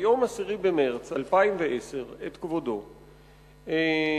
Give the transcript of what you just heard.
שעוד ביום 10 במרס 2010 שאלתי אותך בדיוק את השאלה הזאת,